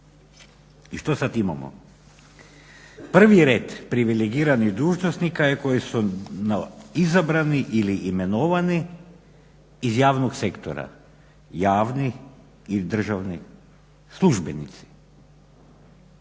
I što sad imamo? Prvi red privilegiranih dužnosnika koji su izabrani ili imenovani iz javnog sektora, javni i državni službenici.